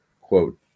quote